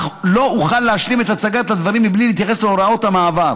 אך לא אוכל להשלים את הצגת הדברים בלי להתייחס להוראות המעבר.